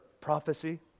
prophecy